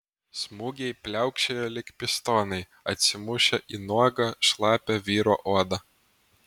smūgiai pliaukšėjo lyg pistonai atsimušę į nuogą šlapią vyro odą